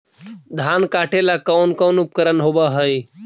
धान काटेला कौन कौन उपकरण होव हइ?